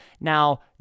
Now